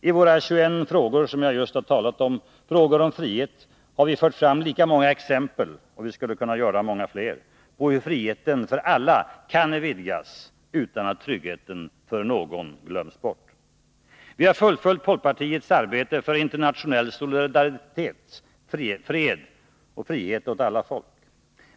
I våra 21 frågor om frihet, som jag just har talat om, har vi fört fram lika många exempel — och vi skulle kunna föra fram många fler — på hur friheten för alla kan vidgas, utan att tryggheten för någon glöms bort. Vi har fullföljt folkparitets arbete för internationell solidaritet, fred och frihet åt alla folk.